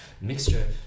mixture